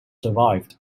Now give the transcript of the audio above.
survived